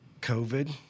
COVID